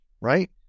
right